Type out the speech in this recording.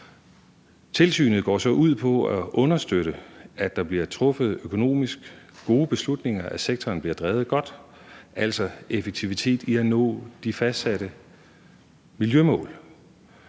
Tilsynet går så på at understøtte, at der bliver truffet økonomisk gode beslutninger, og at sektoren bliver drevet godt – altså at der er effektivitet i at nå de fastsatte miljømål.